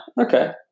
Okay